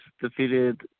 defeated